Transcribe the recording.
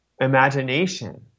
imagination